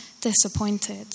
disappointed